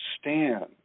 stand